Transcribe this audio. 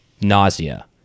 nausea